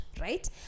right